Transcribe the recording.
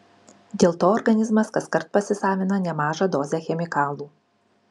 dėl to organizmas kaskart pasisavina nemažą dozę chemikalų